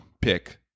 pick